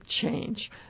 change